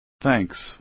Thanks